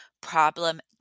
problem